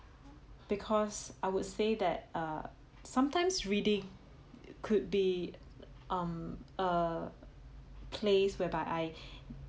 because I would say that err sometimes reading could be um a place whereby I